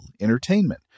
entertainment